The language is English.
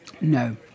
No